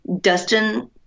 Dustin